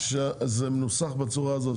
שזה מנוסח בצורה הזאת.